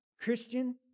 Christian